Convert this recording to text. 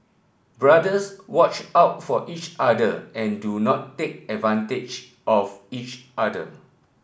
brothers watch out for each other and do not take advantage of each other